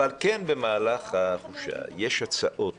אבל כן במהלך החופשה יש הצעות